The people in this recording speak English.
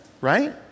Right